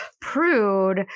prude